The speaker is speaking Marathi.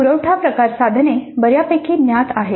पुरवठा प्रकार साधने बऱ्यापैकी ज्ञात आहेत